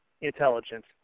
intelligence